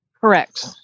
Correct